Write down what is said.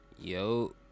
Yo